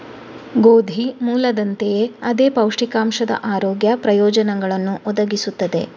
ಗೋಧಿ ಮೂಲದಂತೆಯೇ ಅದೇ ಪೌಷ್ಟಿಕಾಂಶದ ಆರೋಗ್ಯ ಪ್ರಯೋಜನಗಳನ್ನು ಒದಗಿಸುತ್ತದೆ